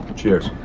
Cheers